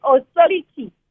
authority